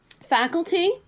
faculty